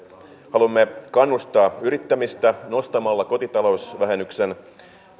haluamme kannustaa yrittämistä nostamalla kotitalousvähennyksen